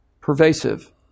Pervasive